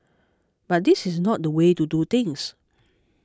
but this is not the way to do things